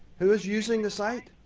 who is using the site?